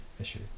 issue